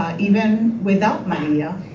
ah even without maria,